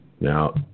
Now